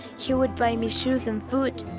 he would buy me shoes and food.